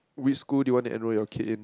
which school do you wanna enroll your kid in